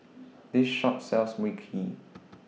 This Shop sells Mui Kee